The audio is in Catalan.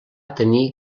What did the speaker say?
tenir